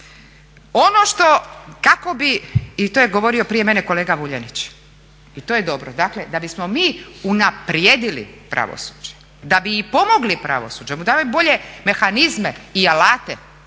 Ono što kako bi i to je govorio prije mene kolega Vuljanić i to je dobro, dakle da bismo mi unaprijedili pravosuđe, da bi i pomogli pravosuđu, da bi mu dali bolje mehanizme i alate